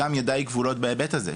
גם ידיי כבולות בהיבט הזה.